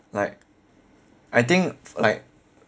like I think like